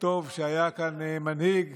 וטוב שהיה כאן מנהיג